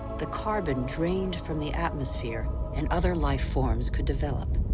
the carbon drained from the atmosphere and other life forms could develop.